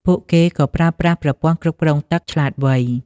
ពួកគេក៏ប្រើប្រាស់ប្រព័ន្ធគ្រប់គ្រងទឹកឆ្លាតវៃ។